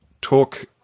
talk